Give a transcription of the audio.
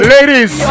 Ladies